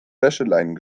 wäscheleinen